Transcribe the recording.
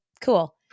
cool